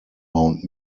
mount